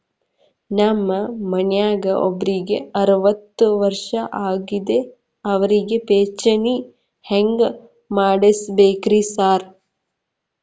ನಮ್ ಮನ್ಯಾಗ ಒಬ್ರಿಗೆ ಅರವತ್ತ ವರ್ಷ ಆಗ್ಯಾದ ಅವ್ರಿಗೆ ಪಿಂಚಿಣಿ ಹೆಂಗ್ ಮಾಡ್ಸಬೇಕ್ರಿ ಸಾರ್?